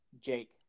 Jake